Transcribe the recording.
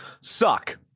suck